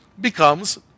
becomes